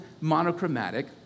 monochromatic